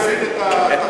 והפסיד את התחתונים,